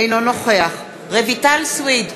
אינו נוכח רויטל סויד,